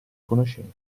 conoscenze